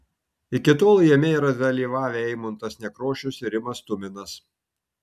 iki tol jame yra dalyvavę eimuntas nekrošius ir rimas tuminas